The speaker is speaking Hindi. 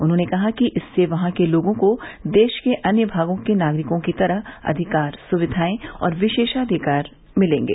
उन्होंने कहा कि इससे वहां के लोगों को देश के अन्य भागों के नागरिकों की तरह अधिकार सुविघाएं और विशेषाधिकार मिलेंगे